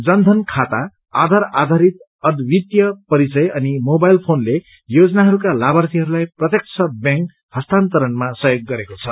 जनधन खाता आधार आधारित अद्वित्तीय परिचय अनि मोबाइल फोनले योजनाहरूका लाभार्थीहरूलाई प्रत्यक्ष ब्यांक हस्तान्तरणमा सहयोग गरेको छ